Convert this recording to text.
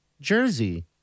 jersey